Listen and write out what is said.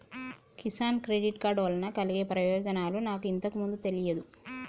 Kisan credit card వలన కలిగే ప్రయోజనాలు నాకు ఇంతకు ముందు తెలియదు